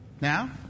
Now